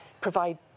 provide